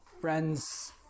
friends